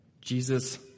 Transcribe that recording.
Jesus